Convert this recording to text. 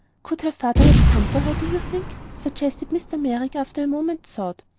could her father have come for her, do you think? suggested mr. merrick, after a moment's thought.